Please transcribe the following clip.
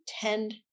tend